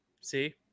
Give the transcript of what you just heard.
see